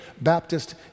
Baptist